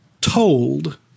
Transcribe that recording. told